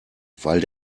weil